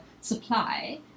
supply